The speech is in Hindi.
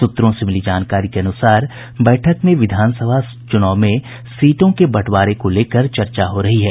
सूत्रों से मिली जानकारी के अनुसार बैठक में विधानसभा चुनाव में सीटों के बंटवारे को लेकर चर्चा हो रही है